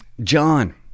John